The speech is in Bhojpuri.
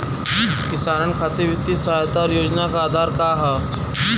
किसानन खातिर वित्तीय सहायता और योजना क आधार का ह?